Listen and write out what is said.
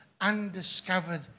undiscovered